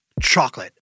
chocolate